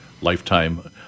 lifetime